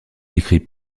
décrit